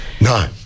no